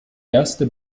erste